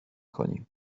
کنیم